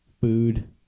Food